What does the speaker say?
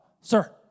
sir